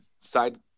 side